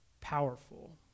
powerful